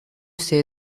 say